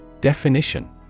Definition